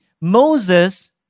Moses